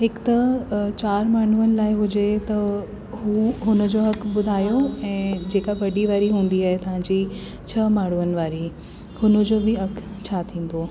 हिकु त चार माण्हुनि लाइ हुजे त हू हुन जो अघु ॿुधायो ऐं जेका वॾी वारी हूंदी आहे तव्हांजी छह माण्हुनि वारी हुन जो बि अघु छा थींदो